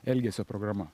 elgesio programa